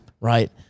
right